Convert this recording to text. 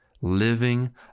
living